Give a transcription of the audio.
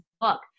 book